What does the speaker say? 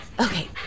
Okay